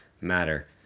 Matter